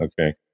Okay